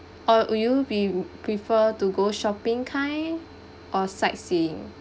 or would you be prefer to go shopping kind or sightseeing